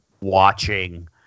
watching